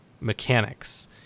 mechanics